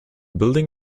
building